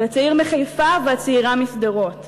של הצעיר מחיפה והצעירה משדרות.